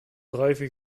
druiven